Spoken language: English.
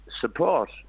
support